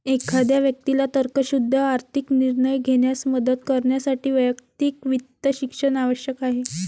एखाद्या व्यक्तीला तर्कशुद्ध आर्थिक निर्णय घेण्यास मदत करण्यासाठी वैयक्तिक वित्त शिक्षण आवश्यक आहे